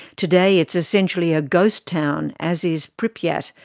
today it's essentially a ghost town, as is pripyat,